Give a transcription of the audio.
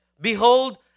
behold